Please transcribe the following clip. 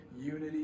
unity